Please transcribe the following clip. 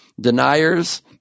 deniers